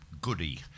Goody